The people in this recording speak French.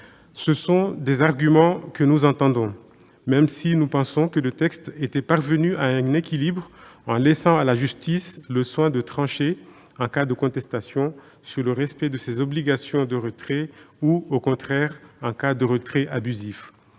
Ce sont des arguments que nous comprenons, même si nous pensons que le texte était parvenu à un équilibre en laissant à la justice le soin de trancher, en cas de contestation, sur le respect de ces obligations de retrait ou, au contraire, en cas de retrait abusif.